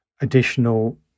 additional